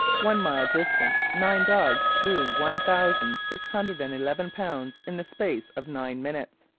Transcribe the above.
one mile distant, nine dogs drew one thousand six hundred and eleven pounds in the space of nine minutes.